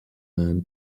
man